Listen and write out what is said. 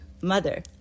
Mother